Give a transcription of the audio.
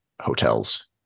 hotels